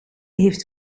heeft